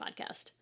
podcast